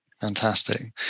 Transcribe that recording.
Fantastic